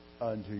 unto